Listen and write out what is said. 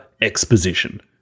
exposition